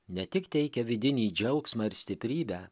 ne tik teikia vidinį džiaugsmą ir stiprybę